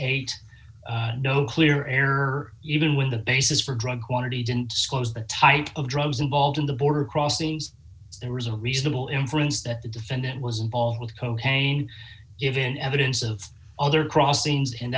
eight no clear error even when the basis for drug quantity didn't disclose the type of drugs involved in the border crossings there was a reasonable inference that the defendant was involved with cocaine given evidence of other crossings and